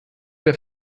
der